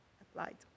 applied